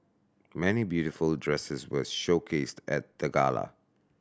many beautiful dresses were showcased at the gala